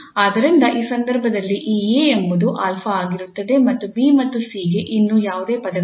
ಆದ್ದರಿಂದ ಈ ಸಂದರ್ಭದಲ್ಲಿ ಈ 𝐴 ಎಂಬುದು 𝛼 ಆಗಿರುತ್ತದೆ ಮತ್ತು 𝐵 ಮತ್ತು 𝐶 ಗೆ ಇನ್ನು ಯಾವುದೇ ಪದವಿಲ್ಲ